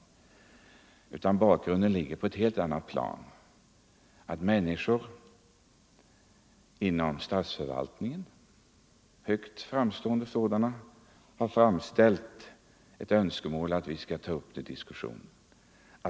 Anledningen till mitt engagemang ligger på ett helt annat plan. Mycket framstående personer inom statsförvaltningen har framfört önskemål om att vi skall ta upp detta till diskussion.